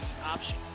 option